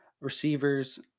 receivers